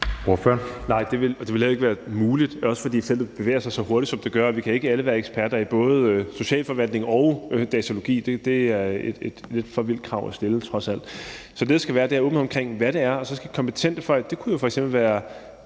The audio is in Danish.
det ville heller ikke være muligt, også fordi feltet bevæger sig så hurtigt, som det gør, og vi kan ikke alle være eksperter i både socialforvaltning og datalogi. Det er trods alt et lidt for vildt krav at stille. Så det, der skal være, er åbenhed omkring, hvad det er, og så skal kompetente folk – det kunne f.eks. være